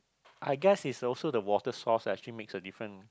I guess it's also the water source that actually makes a difference